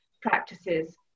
practices